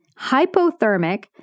hypothermic